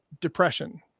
depression